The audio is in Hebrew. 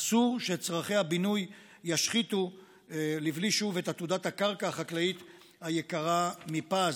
אסור שצורכי הבינוי ישחיתו לבלי שוב את עתודת הקרקע החקלאית היקרה מפז,